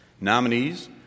Nominees